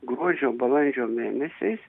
gruodžio balandžio mėnesiais